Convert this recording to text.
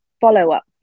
follow-up